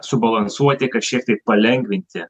subalansuoti kad šiek tiek palengvinti